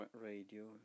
radio